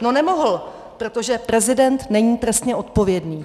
No nemohl, protože prezident není trestně odpovědný.